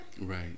right